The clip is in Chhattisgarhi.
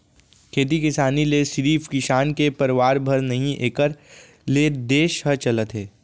खेती किसानी ले सिरिफ किसान के परवार भर नही एकर ले देस ह चलत हे